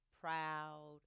proud